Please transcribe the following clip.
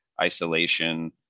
isolation